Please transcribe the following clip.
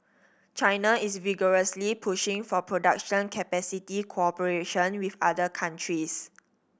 China is vigorously pushing for production capacity cooperation with other countries